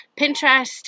Pinterest